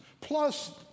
plus